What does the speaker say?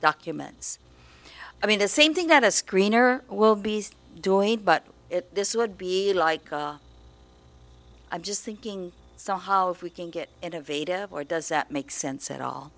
documents i mean the same thing that a screener will be doing but this would be like i'm just thinking so how we can get innovative or does that make